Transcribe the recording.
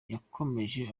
yakomeje